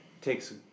takes